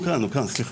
הוא כאן, סליחה.